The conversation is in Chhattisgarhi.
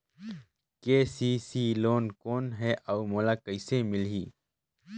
के.सी.सी लोन कौन हे अउ मोला कइसे मिलही?